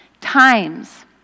times